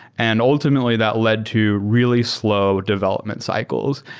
and ultimately that led to really slow development cycles.